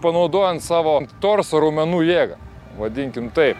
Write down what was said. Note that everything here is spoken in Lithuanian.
panaudojant savo torso raumenų jėgą vadinkim taip